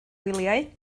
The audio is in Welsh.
wyliau